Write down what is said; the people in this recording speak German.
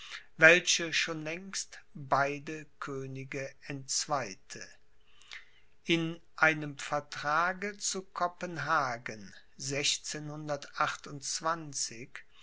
welche schon längst beide könige entzweite in einem vertrage zu kopenhagen